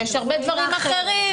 יש הרבה דברים אחרים,